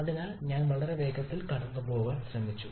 അതിനാൽ ഞാൻ വളരെ വേഗത്തിൽ കടന്നുപോകാൻ ശ്രമിച്ചു